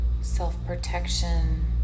Self-protection